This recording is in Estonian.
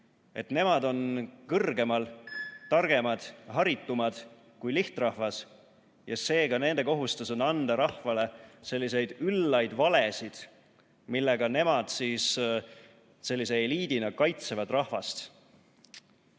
et nemad on kõrgemal, targemad, haritumad kui lihtrahvas ja seega on nende kohustus esitada rahvale selliseid üllaid valesid, millega nemad sellise eliidina kaitsevad rahvast.